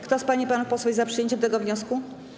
Kto z pań i panów posłów jest za przyjęciem tego wniosku?